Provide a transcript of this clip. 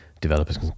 developers